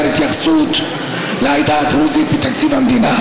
התייחסות לעדה הדרוזית בתקציב המדינה.